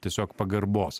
tiesiog pagarbos